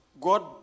God